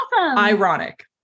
ironic